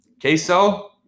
queso